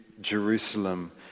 Jerusalem